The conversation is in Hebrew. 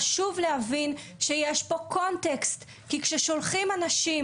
חשוב להבין שיש פה קונטקסט כי כששולחים אנשים,